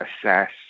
assess